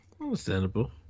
understandable